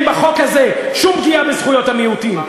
בחוק הזה שום פגיעה בזכויות המיעוטים,